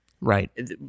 right